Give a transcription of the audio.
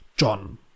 John